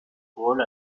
paul